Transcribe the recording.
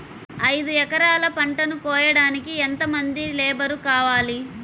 ఐదు ఎకరాల పంటను కోయడానికి యెంత మంది లేబరు కావాలి?